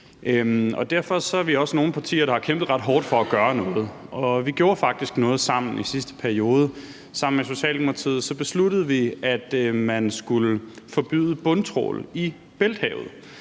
Derfor er vi også nogle partier, der har kæmpet ret hårdt for at gøre noget, og vi gjorde faktisk noget sammen i sidste periode. Sammen med Socialdemokratiet besluttede vi, at man skulle forbyde bundtrawl i Bælthavet,